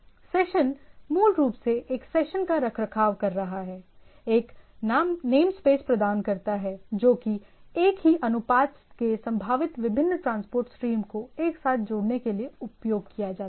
session मूल रूप से एक सेशन का रखरखाव कर रहा है एक नाम स्पेस प्रदान करता है जो कि एक ही अनुपात के संभावित विभिन्न ट्रांसपोर्ट स्ट्रीम को एक साथ जोड़ने के लिए उपयोग किया जाता है